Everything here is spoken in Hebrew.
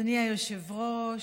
אדוני היושב-ראש,